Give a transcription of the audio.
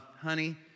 honey